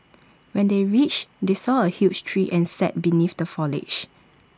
when they reached they saw A huge tree and sat beneath the foliage